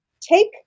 take